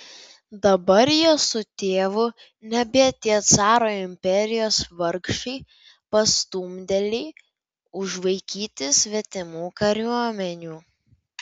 dabar jie su tėvu nebe tie caro imperijos vargšai pastumdėliai užvaikyti svetimų kariuomenių